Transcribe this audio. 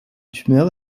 tumeur